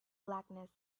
blackness